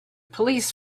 police